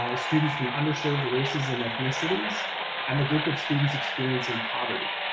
ah students from undeserved races and ethnicities and the group of students experiencing poverty.